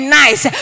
nice